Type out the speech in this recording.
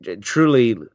truly